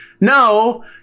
no